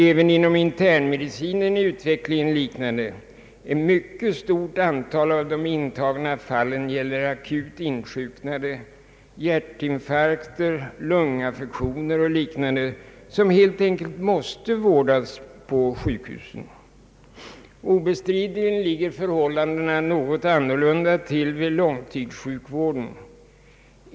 Även inom internmedicinen är utvecklingen liknande. Ett mycket stort antal av de intagna fallen är akut insjuknade, hjärtinfarkter, lungaffektioner och liknande som helt enkelt måste vårdas på sjukhus. Obestridligen ligger förhållandena något annorlunda till när det gäller långtidssjukvården.